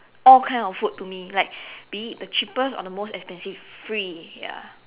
all kind of food to me like be it the cheapest or the most expensive free ya